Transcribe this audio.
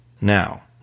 Now